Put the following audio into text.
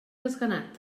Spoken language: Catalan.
desganat